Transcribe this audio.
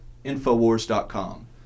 Infowars.com